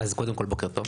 קודם כל בוקר טוב,